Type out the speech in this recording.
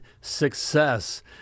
Success